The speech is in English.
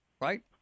right